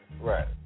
right